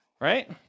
right